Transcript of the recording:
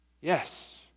Yes